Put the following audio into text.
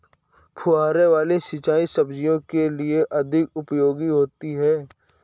फुहारे वाली सिंचाई सब्जियों के लिए अधिक उपयोगी होती है?